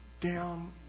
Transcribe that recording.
down